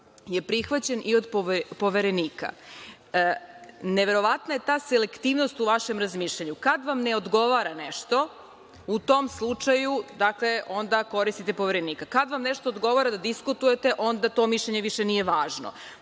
je prihvaćen i od Poverenika. Neverovatna je ta selektivnost u vašem razmišljanju. Kad vam ne odgovara nešto, u tom slučaju onda koristite Poverenika. Kad vam nešto odgovara da diskutujete, onda to mišljenje više nije važno.